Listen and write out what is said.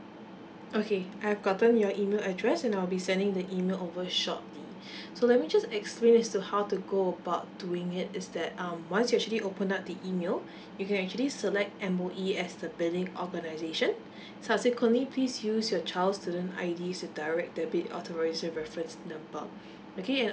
okay I have gotten your email address and I'll be sending the email over shortly so let me just explain as to how to go about doing it is that um once you actually open up the email you can actually select M_O_E as the billing organisation subsequently please use your child's student I_D as direct debit authorisation reference number okay and